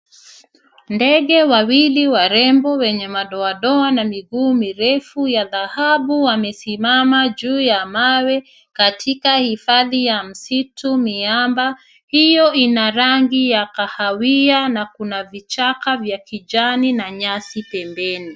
Ndege wawili warembo wenye madoadoa na miguu mirefu ya dahabu wamesimama juu ya mawe katika hifadhi ya msitu miamba, hiyo ina rangi ya kahawia na kuna vichaka vya kijani na nyasi pembeni.